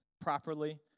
properly